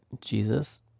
Jesus